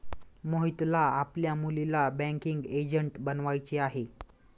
मोहितला आपल्या मुलीला बँकिंग एजंट बनवायचे आहे